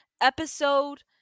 episode